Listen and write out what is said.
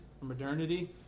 modernity